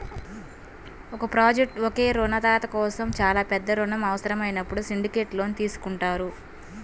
ఒక ప్రాజెక్ట్కు ఒకే రుణదాత కోసం చాలా పెద్ద రుణం అవసరమైనప్పుడు సిండికేట్ లోన్ తీసుకుంటారు